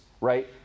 right